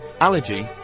Allergy